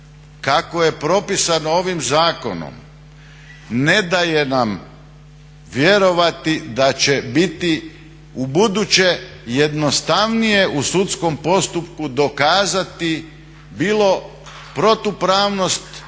kako je propisano ovim zakonom ne daje nam vjerovati da će biti u buduće jednostavnije u sudskom postupku dokazati bilo protupravnost,